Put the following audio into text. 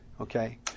Okay